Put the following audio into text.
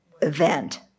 event